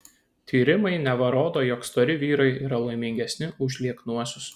tyrimai neva rodo jog stori vyrai yra laimingesni už lieknuosius